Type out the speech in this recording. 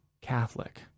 Catholic